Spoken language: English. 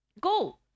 go